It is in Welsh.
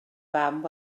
fam